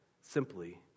Simply